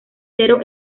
cero